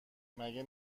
مگه